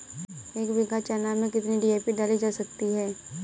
एक बीघा चना में कितनी डी.ए.पी डाली जा सकती है?